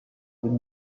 with